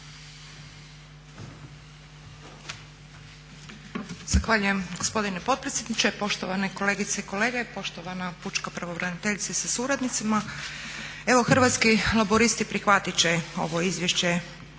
Hrvatski laburisti prihvatit će ovo izvješće